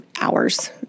hours